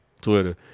Twitter